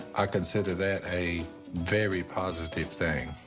i consider that a very positive thing.